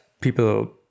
people